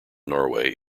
norway